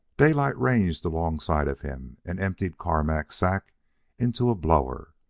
daylight ranged alongside of him and emptied carmack's sack into a blower.